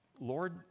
Lord